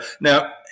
Now